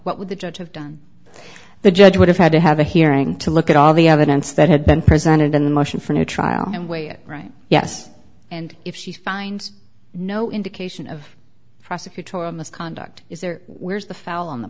what would the judge have done the judge would have had to have a hearing to look at all the evidence that had been presented in the motion for a new trial and weigh it right yes and if she finds no indication of prosecutorial misconduct is there where's the foul on the